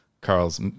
Carl's